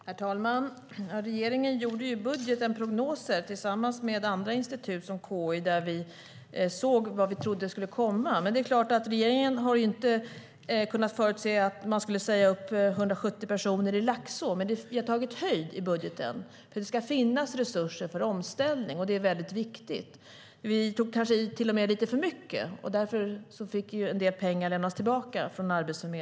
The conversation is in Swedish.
Herr talman! Regeringen gjorde i budgeten prognoser tillsammans med andra institut, till exempel KI, för vad vi trodde skulle komma. Men regeringen kunde såklart inte förutse att man skulle säga upp 170 personer i Laxå. Vi har dock tagit höjd i budgeten, så det ska finnas resurser för omställning. Det är viktigt. Vi tog kanske till och med i lite för mycket, och därför fick Arbetsförmedlingen lämna tillbaka en del pengar.